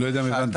לא יודע אם הבנת,